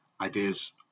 ideas